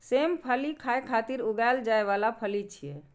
सेम फली खाय खातिर उगाएल जाइ बला फली छियै